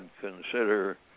consider